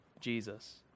Jesus